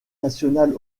nationale